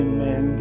Amen